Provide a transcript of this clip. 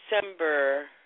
December